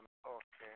okay